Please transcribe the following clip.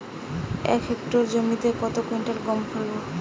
এক হেক্টর জমিতে কত কুইন্টাল গম ফলে?